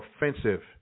offensive